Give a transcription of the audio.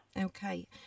Okay